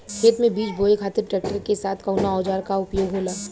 खेत में बीज बोए खातिर ट्रैक्टर के साथ कउना औजार क उपयोग होला?